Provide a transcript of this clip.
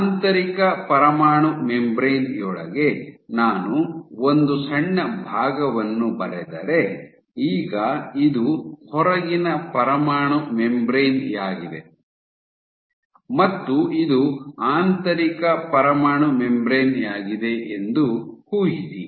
ಆಂತರಿಕ ಪರಮಾಣು ಮೆಂಬ್ರೇನ್ ಯೊಳಗೆ ನಾನು ಒಂದು ಸಣ್ಣ ಭಾಗವನ್ನು ಬರೆದರೆ ಈಗ ಇದು ಹೊರಗಿನ ಪರಮಾಣು ಮೆಂಬ್ರೇನ್ ಯಾಗಿದೆ ಮತ್ತು ಇದು ಆಂತರಿಕ ಪರಮಾಣು ಮೆಂಬ್ರೇನ್ ಯಾಗಿದೆ ಎಂದು ಊಹಿಸಿ